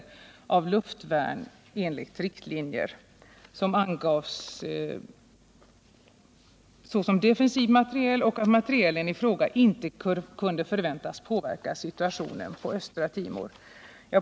Han anför vidare att luftvärn i gällande riktlinjer angivits såsom defensiv materiel och att materielen i fråga inte kunde förväntas påverka situationen på Östra Timor.